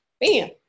Bam